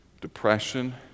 depression